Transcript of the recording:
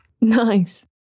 nice